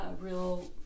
real